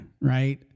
right